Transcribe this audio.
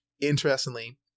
interestingly